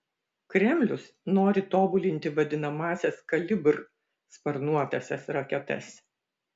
kremlius nori tobulinti vadinamąsias kalibr sparnuotąsias raketas